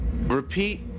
repeat